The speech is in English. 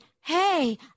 hey